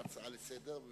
הצעה לסדר-היום,